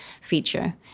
feature